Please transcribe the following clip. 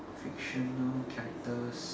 fictional characters